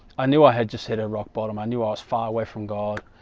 i knew i had just hit a rock bottom i knew i was far away from god?